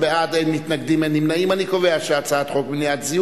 אני רוצה לציין את העובדה שהצעת החוק היא כוללת,